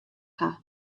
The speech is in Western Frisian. hawwe